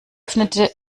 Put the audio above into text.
öffnete